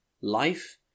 life